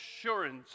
assurance